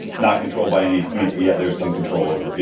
not controlled by any yeah, there's some control over,